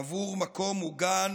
עבור מקום מוגן